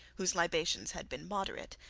whose libation had been moderate,